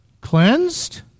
cleansed